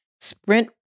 sprint